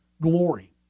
glory